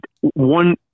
one